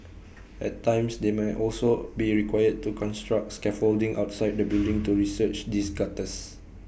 at times they may also be required to construct scaffolding outside the building to research these gutters